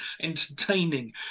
entertaining